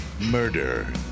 Murder